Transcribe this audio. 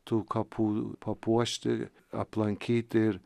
tų kapų papuošti aplankyti ir